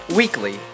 weekly